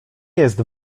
jest